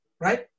right